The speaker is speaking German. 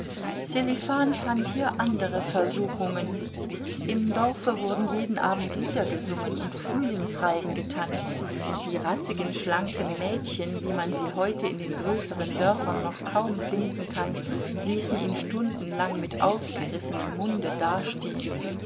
sselifan fand hier andere versuchungen im dorfe wurden jeden abend lieder gesungen und frühlingsreigen getanzt die rassigen schlanken mädchen wie man sie heute in den größeren dörfern noch kaum finden kann ließen ihn stundenlang mit aufgerissenem munde dastehen